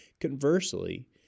Conversely